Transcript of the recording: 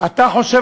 אתה חושב,